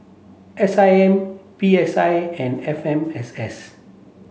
S I M P S I and F M S S